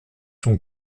son